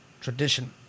tradition